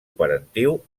parentiu